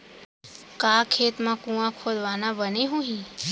का खेत मा कुंआ खोदवाना बने होही?